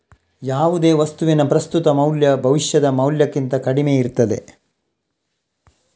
ಯಾವುದೇ ವಸ್ತುವಿನ ಪ್ರಸ್ತುತ ಮೌಲ್ಯ ಭವಿಷ್ಯದ ಮೌಲ್ಯಕ್ಕಿಂತ ಕಡಿಮೆ ಇರ್ತದೆ